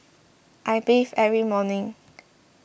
I bathe every morning